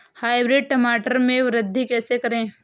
Hybrid टमाटर में वृद्धि कैसे करें?